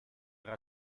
era